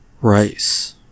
rice